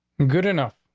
good enough.